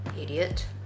idiot